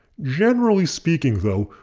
generally speaking though,